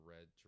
Red